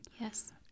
Yes